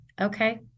Okay